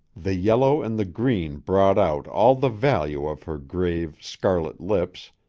the yellow and the green brought out all the value of her grave, scarlet lips,